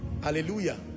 Hallelujah